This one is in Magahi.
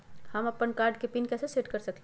हम अपन कार्ड के पिन कैसे सेट कर सकली ह?